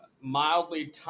mildly